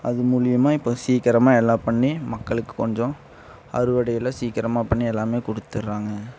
அது மூலயமா இப்போ சீக்கிரமாக எல்லாம் பண்ணி மக்களுக்கு கொஞ்சம் அறுவடையெல்லாம் சீக்கிரமாக பண்ணி எல்லாமே கொடுத்துறாங்க